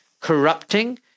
corrupting